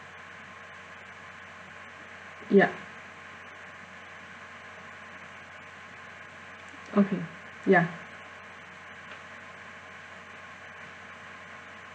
yup okay ya